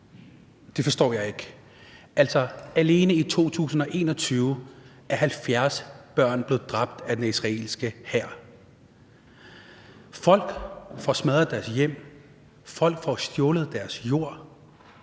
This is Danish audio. Det forstår jeg ikke. Altså, alene i 2021 er 70 børn blevet dræbt af den israelske hær. Folk får smadret deres hjem. Folk får stjålet deres jord.